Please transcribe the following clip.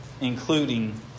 including